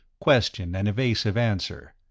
question and evasive answer,